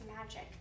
magic